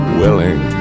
willing